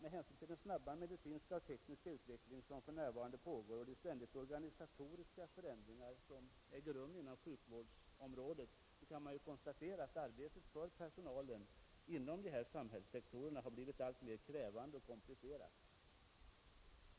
På grund av den snabba medicinska och tekniska utveckling som för närvarande pågår och de ständiga organisatoriska förändringar som äger rum på sjukvårdsområdet har arbetet för personalen inom dessa samhällssektorer blivit alltmer krävande och komplicerat.